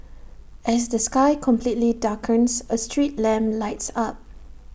as the sky completely darkens A street lamp lights up